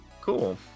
cool